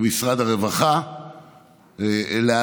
ממשרד הרווחה להעלות,